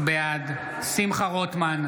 בעד שמחה רוטמן,